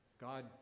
God